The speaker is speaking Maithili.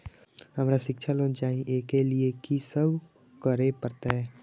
हमरा शिक्षा लोन चाही ऐ के लिए की सब करे परतै?